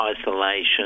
isolation